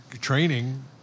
training